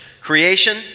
Creation